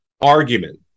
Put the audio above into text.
argument